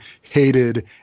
hated